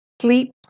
sleep